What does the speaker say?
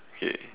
okay